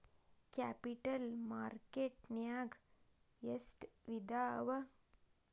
Capital market ನ್ಯಾಗ್ ಎಷ್ಟ್ ವಿಧಾಅವ?